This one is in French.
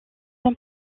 ans